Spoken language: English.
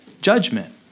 Judgment